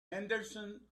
henderson